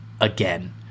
again